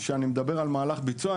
כשאני מדבר על מהלך ביצוע,